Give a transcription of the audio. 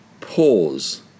pause